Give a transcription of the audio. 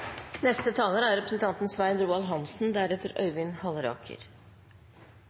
Neste taler er representanten